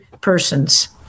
persons